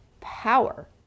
power